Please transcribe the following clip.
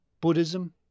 Buddhism